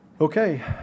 Okay